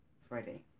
Friday